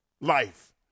Life